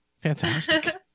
Fantastic